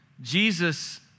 Jesus